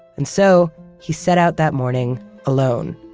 and so he set out that morning alone,